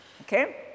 Okay